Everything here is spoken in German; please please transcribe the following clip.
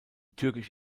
türkisch